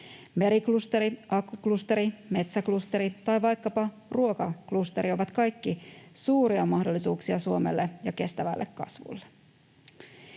Meriklusteri, akkuklusteri, metsäklusteri tai vaikkapa ruokaklusteri ovat kaikki suuria mahdollisuuksia Suomelle ja kestävälle kasvulle.